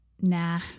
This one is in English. nah